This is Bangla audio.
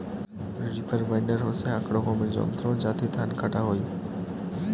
রিপার বাইন্ডার হসে আক রকমের যন্ত্র যাতি ধান কাটা হই